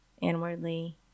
inwardly